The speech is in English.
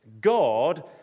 God